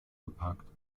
geparkt